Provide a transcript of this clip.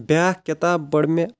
بیاکھ کِتاب پٔر مےٚ